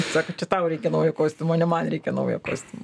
sako čia tau reikia naujo kostiumo ne man reikia naujo kostiumo